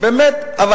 האמת, כן.